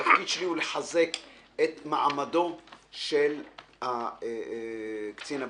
אלא לחזק את מעמדו של קצין הבטיחות.